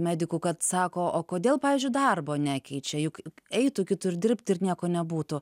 medikų kad sako o kodėl pavyzdžiui darbo nekeičia juk eitų kitur dirbt ir nieko nebūtų